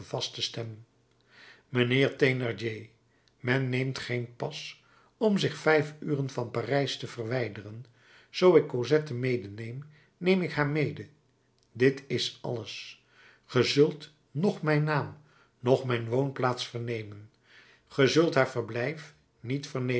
vaste stem mijnheer thénardier men neemt geen pas om zich vijf uren van parijs te verwijderen zoo ik cosette medeneem neem ik haar mede dit is alles ge zult noch mijn naam noch mijn woonplaats vernemen ge zult haar verblijf niet